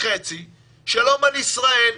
שלום על ישראל.